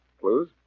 Clues